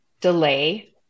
delay